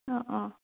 অঁ অঁ